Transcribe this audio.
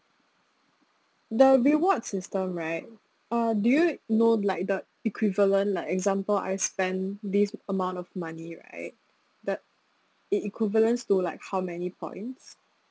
the reward system right uh do you know like the equivalent like example I spend this amount of money right that it equivalents to like how many points